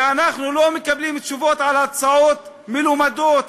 כי אנחנו לא מקבלים תשובות על הצעות מלומדות,